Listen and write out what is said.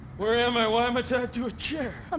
where am i? why am i tied to a chair? um,